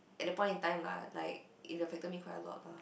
at the point in time lah like it affected me quite a lot lah